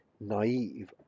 naive